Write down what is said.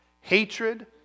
hatred